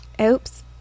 oops